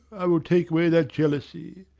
i will take away that jealousy.